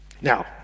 Now